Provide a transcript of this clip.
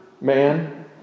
man